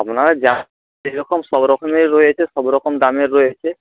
আপনারা যা যে রকম সব রকমের রয়েছে সব রকম দামের রয়েছে